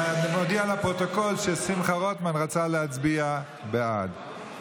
אני מודיע לפרוטוקול ששמחה רוטמן רצה להצביע בעד.